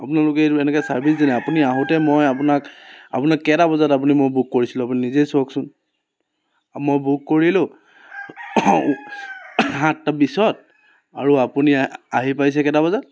আপোনালোকে এইটো এনেকৈ ছাৰ্ভিচ দিয়ে নি আপুনি আহোঁতে মই আপোনাক আপোনাক কেইটা বজাত আপুনি মই বুক কৰিছিলোঁ আপুনি নিজেই চাওকচোন মই বুক কৰিলোঁ সাতটা বিছত আৰু আপুনি আ আহি পাইছে কেইটা বজাত